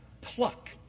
pluck